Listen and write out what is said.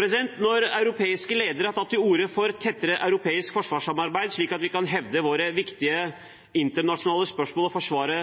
Når europeiske ledere har tatt til orde for et tettere europeisk forsvarssamarbeid, slik at vi kan hevde våre viktige internasjonale spørsmål og forsvare